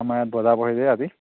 আমাৰ ইয়াত বজাৰ বহে যে আজি